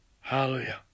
Hallelujah